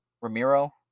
Ramiro